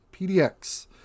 PDX